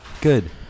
Good